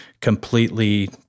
completely